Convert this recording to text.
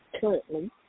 currently